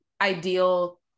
ideal